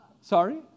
Sorry